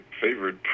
favorite